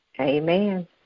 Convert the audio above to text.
Amen